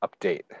update